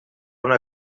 una